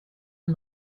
and